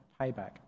payback